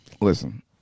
Listen